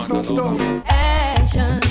Action